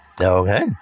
Okay